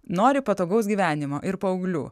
nori patogaus gyvenimo ir paauglių